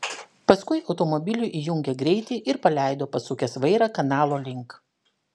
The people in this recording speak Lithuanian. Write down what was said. paskui automobiliui įjungė greitį ir paleido pasukęs vairą kanalo link